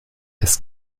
ist